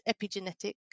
epigenetic